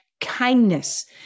kindness